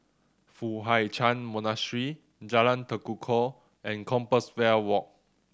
Foo Hai Ch'an Monastery Jalan Tekukor and Compassvale Walk